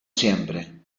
siempre